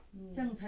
mm